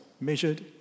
measured